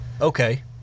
Okay